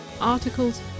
articles